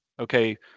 okay